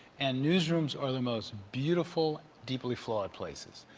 and news rooms are the most beautiful, deeply flawed places.